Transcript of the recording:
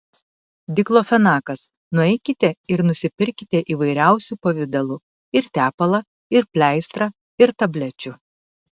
diklofenakas nueikite ir nusipirkite įvairiausių pavidalų ir tepalą ir pleistrą ir tablečių